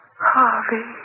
Harvey